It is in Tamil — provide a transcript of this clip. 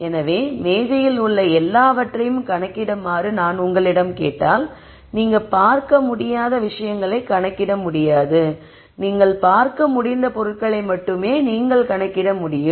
எனவே மேஜையில் உள்ள எல்லாவற்றையும் கணக்கிடுமாறு நான் உங்களிடம் கேட்டால் நீங்கள் பார்க்க முடியாத விஷயங்களை நீங்கள் கணக்கிட முடியாது நீங்கள் பார்க்க முடிந்த பொருட்களை மட்டுமே நீங்கள் கணக்கிட முடியும்